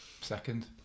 Second